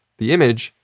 the image,